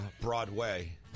Broadway